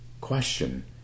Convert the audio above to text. question